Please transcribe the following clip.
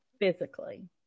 physically